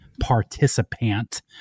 participant